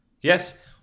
Yes